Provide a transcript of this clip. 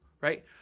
right